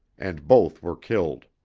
and both were killed.